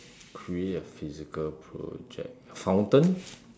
create a physical project fountain